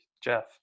jeff